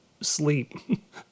sleep